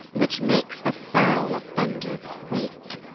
which makes the foul offender quake.